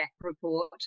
report